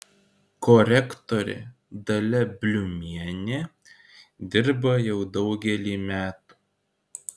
korektorė dalia bliumienė dirba jau daugelį metų